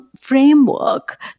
framework